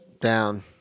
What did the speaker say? Down